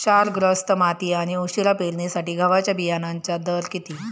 क्षारग्रस्त माती आणि उशिरा पेरणीसाठी गव्हाच्या बियाण्यांचा दर किती?